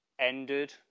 ended